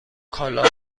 کالاهای